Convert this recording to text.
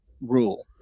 rule